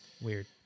Weird